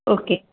okay